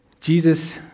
Jesus